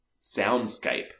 soundscape